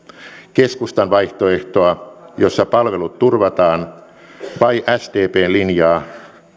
keskustan vaihtoehtoa jossa palvelut turvataan vai sdpn linjaa